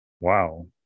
Wow